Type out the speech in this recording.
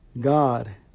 God